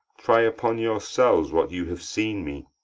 try upon yourselves what you have seen me.